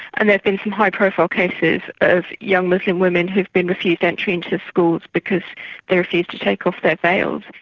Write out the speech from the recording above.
and there have been some high profile cases of young muslim women who've been refused entry into the schools because they refuse to take off their veils.